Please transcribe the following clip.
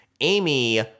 amy